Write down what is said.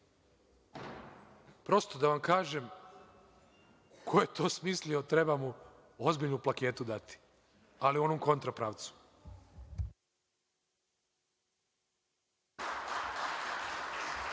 Prosto, da vam kažem, ko je to smislio, treba mu ozbiljnu plaketu dati, ali onu u kontra pravcu.